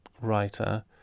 writer